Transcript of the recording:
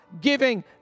giving